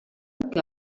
que